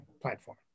platform